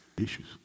issues